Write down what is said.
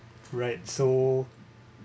right so